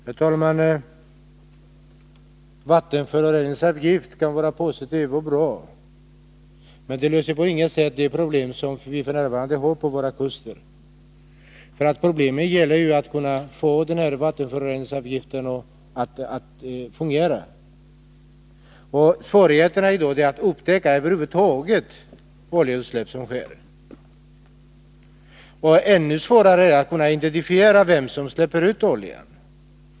Herr talman! Vattenföroreningsavgiften kan vara positiv och bra, men den löser på inget sätt de problem som vi f. n. har vid våra kuster. Problemet gäller att få vattenföroreningsavgiften att fungera. Svårigheten är att över huvud taget upptäcka de oljeutsläpp som sker. Ännu svårare är det att kunna identifiera vem det är som släpper ut oljan.